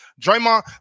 Draymond